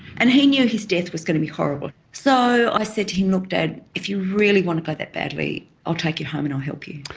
and he knew his death was going to be horrible. so i said to him, look dad, if you really want to go that badly, i'll take you home and i'll help you.